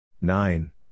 nine